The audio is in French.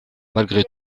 malgré